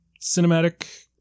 cinematic